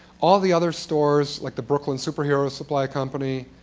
all the other stores, like the brooklyn superhero supply company,